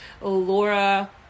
Laura